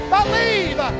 Believe